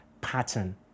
pattern